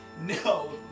No